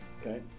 Okay